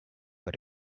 but